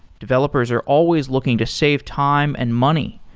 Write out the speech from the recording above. developers are always looking to save time and money,